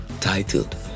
titled